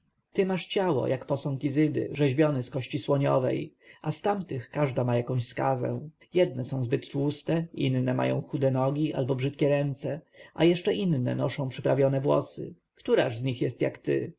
masz ciało jak posąg izydy rzeźbiony z kości słoniowej a z tamtych każda ma jakąś skazę jedne są zbyt tłuste inne mają chude nogi albo brzydkie ręce a jeszcze inne noszą przyprawne włosy któraż z nich jest jak ty